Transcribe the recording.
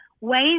ways